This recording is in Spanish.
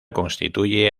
constituye